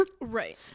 right